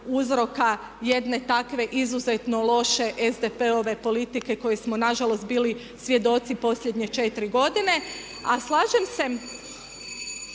uzroka jedne takve izuzetno loše SDP-ove politike kojoj smo na žalost bili svjedoci posljednje četiri godine. A slažem se,